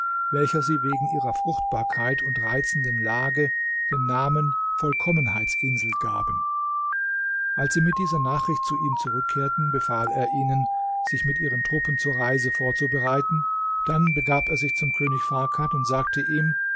welcher sie wegen ihrer fruchtbarkeit und reizenden lage den namen vollkommenheitsinsel gaben als sie mit dieser nachricht zu ihm zurückkehrten befahl er ihnen sich mit ihren truppen zur reise vorzubereiten dann begab er sich zum könig farkad und sagte ihm